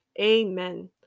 Amen